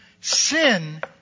sin